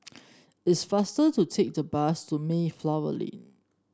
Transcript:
it's faster to take the bus to Mayflower Lane